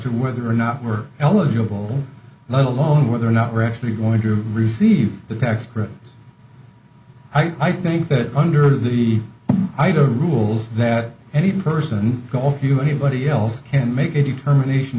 to whether or not we're eligible let alone whether or not we're actually going to receive the tax returns i think that under the rules that any person call you he body else can make a determination